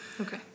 Okay